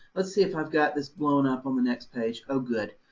let's see if i've got this blown up on the next page. oh, good.